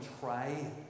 try